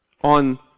on